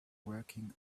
working